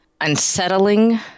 unsettling